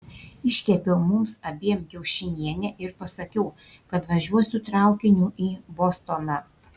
iškepiau mums abiem kiaušinienę ir pasakiau kad važiuosiu traukiniu į bostoną